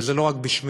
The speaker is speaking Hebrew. וזה לא רק בשמי,